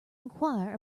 enquire